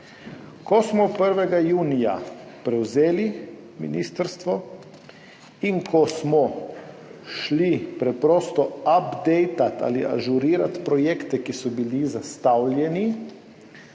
Ko smo 1. junija prevzeli ministrstvo in ko smo šli preprosto apdejtat ali ažurirat projekte, ki so bili zastavljeni,